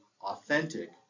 authentic